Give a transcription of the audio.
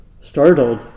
Startled